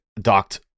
docked